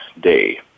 Day